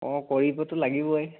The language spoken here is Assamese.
অঁ কৰিবতো লাগিবই